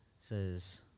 says